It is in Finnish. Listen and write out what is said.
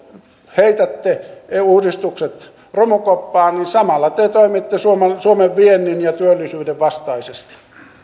heitätte uudistukset romukoppaan niin samalla te toimitte suomen suomen viennin ja työllisyyden vastaisesti